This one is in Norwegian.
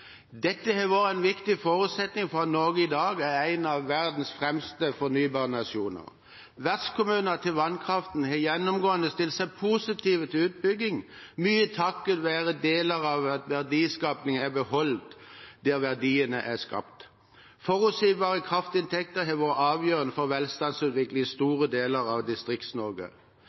Dette har vært en viktig forutsetning for at Norge i dag er en av verdens fremste fornybarnasjoner. Vertskommuner til vannkraften har gjennomgående stilt seg positive til utbygging, mye takket være at deler av verdiskapingen er beholdt der verdiene er skapt. Forutsigbare kraftinntekter har vært avgjørende for velstandsutviklingen i store deler av